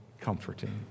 comforting